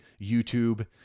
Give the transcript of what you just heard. YouTube